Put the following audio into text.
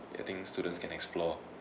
ya I think students can explore